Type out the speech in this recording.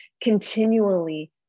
continually